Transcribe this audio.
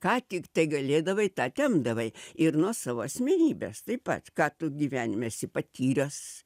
ką tik tai galėdavai tą tempdavai ir nuo savo asmenybės taip pat ką tu gyvenime esi patyręs